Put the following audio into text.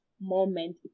moment